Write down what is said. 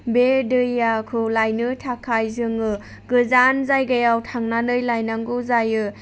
बे दैखौ लायनो थाखाय जोङो गोजान जायगायाव थांनानै लायनांगौ जायो